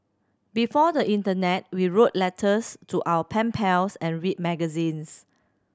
before the internet we wrote letters to our pen pals and read magazines